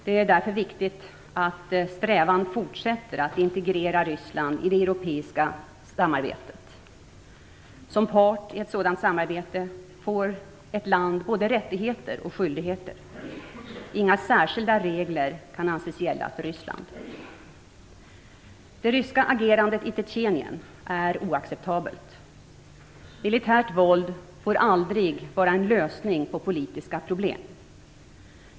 Det är därför viktigt att strävan fortsätter att integrera Ryssland i det europeiska samarbetet. Som part i ett sådant samarbete får ett land både rättigheter och skyldigheter. Inga särskilda regler kan anses gälla för Ryssland. Det ryska agerandet i Tjetjenien är oacceptabelt. Militärt våld får aldrig vara en lösning på politiska problem.